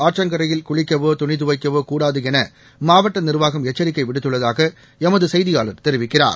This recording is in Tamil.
ஆற்றங்கரையில் பொதமக்கள் குளிக்கவோ துணிதுவைக்கவோகூடாதுஎனமாவட்டநிர்வாகம் எச்சரிக்கைவிடுத்துள்ளதாகளமதுசெய்தியாளர் தெரிவிக்கிறார்